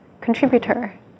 contributor